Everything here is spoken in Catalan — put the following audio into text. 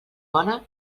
bona